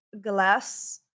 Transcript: glass